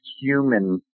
human